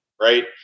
right